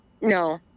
no